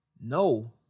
no